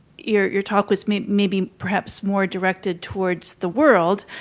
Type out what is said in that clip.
your your talk was maybe maybe perhaps more directed towards the world,